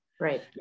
Right